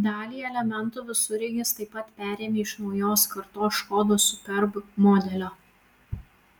dalį elementų visureigis taip pat perėmė iš naujos kartos škoda superb modelio